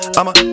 I'ma